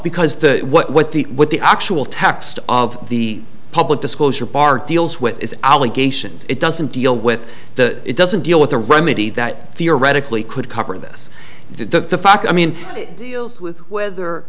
because the what the what the actual text of the public disclosure bar deals with is obligations it doesn't deal with the it doesn't deal with the remedy that theoretically could cover this the fact i mean it deals with whether